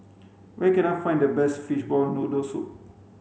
where can I find the best fishball noodle soup